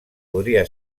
podria